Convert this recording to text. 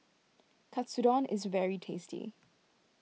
Katsudon is very tasty